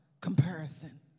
comparison